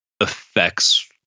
affects